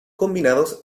combinados